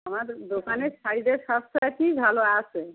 আমাদের দোকানে শাড়ি ড্রেস সব ভালো আছে